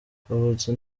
kavutse